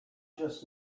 just